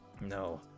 No